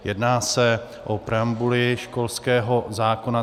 Jedná o preambuli školského zákona.